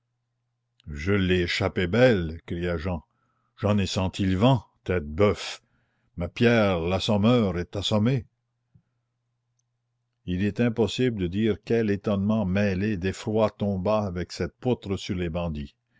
je l'ai échappé belle criait jehan j'en ai senti le vent tête boeuf mais pierre l'assommeur est assommé il est impossible de dire quel étonnement mêlé d'effroi tomba avec cette poutre sur les bandits